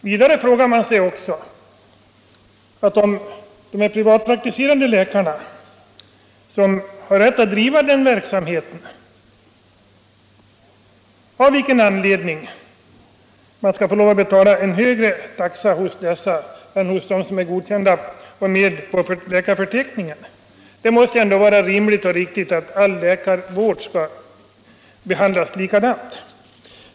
Man frågar sig av vilken anledning man skall behöva betala en högre taxa hos de privatpraktiserande läkarna än hos de läkare som är ”godkända” och finns med på läkarförteckningen. Det måste väl ändå vara rimligt och riktigt att det för all läkarvård skall gälla samma kostnader för patienterna.